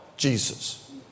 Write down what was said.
Jesus